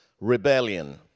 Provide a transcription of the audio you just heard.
Rebellion